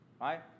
right